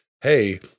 hey